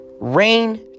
Rain